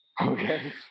Okay